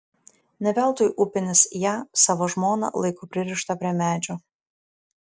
ne veltui upinis ją savo žmoną laiko pririštą prie medžio